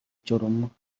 журам